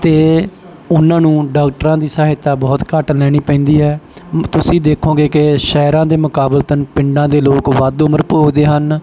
ਅਤੇ ਉਹਨਾਂ ਨੂੰ ਡਾਕਟਰਾਂ ਦੀ ਸਹਾਇਤਾ ਬਹੁਤ ਘੱਟ ਲੈਣੀ ਪੈਂਦੀ ਹੈ ਤੁਸੀਂ ਦੇਖੋਗੇ ਕਿ ਸ਼ਹਿਰਾਂ ਦੇ ਮੁਕਾਬਲਤਨ ਪਿੰਡਾਂ ਦੇ ਲੋਕ ਵੱਧ ਉਮਰ ਭੋਗਦੇ ਹਨ